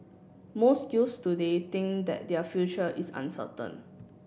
most youths today think that their future is uncertain